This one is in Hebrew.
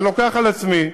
ואני לוקח על עצמי,